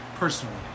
Personally